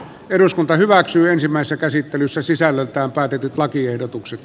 eduskunta hyväksyy ensimmäisessä käsittelyssä sisällöltään päätetyt lakiehdotukset